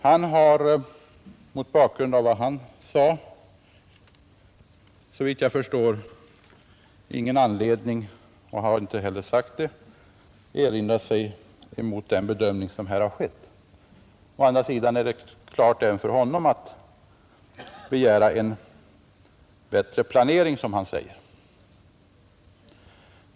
Han har mot bakgrund av vad han sade, såvitt jag förstår, ingen anledning att göra erinringar mot den bedömning som här har skett. Han har heller inte gjort det. Å andra sidan är det klart även för honom att man skall begära en bättre planering, som han säger.